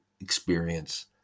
experience